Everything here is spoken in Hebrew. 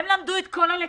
הם למדו את כל הלקחים,